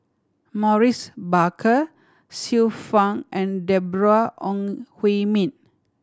Maurice Baker Xiu Fang and Deborah Ong Hui Min